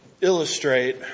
illustrate